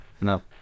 No